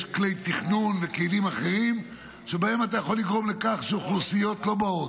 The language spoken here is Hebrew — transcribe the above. יש כלי תכנון וכלים אחרים שבהם אתה יכול לגרום לכך שאוכלוסיות לא באות.